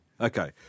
Okay